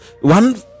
one